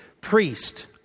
priest